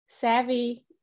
savvy